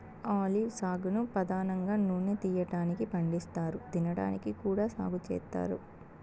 olive సాగును పధానంగా నూనె తీయటానికి పండిస్తారు, తినడానికి కూడా సాగు చేత్తారు